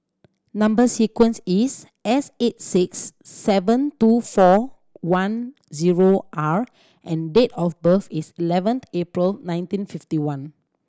number sequence is S eight six seven two four one zero R and date of birth is eleventh April nineteen fifty one